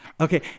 Okay